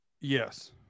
Yes